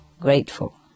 grateful